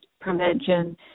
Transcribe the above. prevention